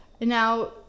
Now